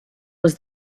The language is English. was